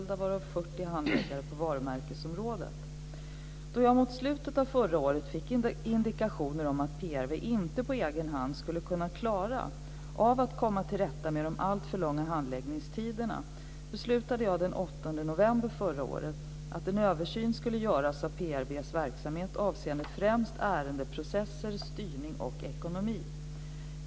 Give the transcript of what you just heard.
Då jag mot slutet av förra året fick indikationer om att PRV inte på egen hand skulle kunna klara av att komma till rätta med de alltför långa handläggningstiderna beslutade jag den 8 november 1999 att en översyn skulle göras av PRV:s verksamhet avseende främst ärendeprocesser, styrning och ekonomi.